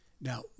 Now